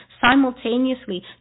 simultaneously